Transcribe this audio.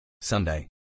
Sunday